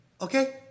Okay